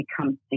becomes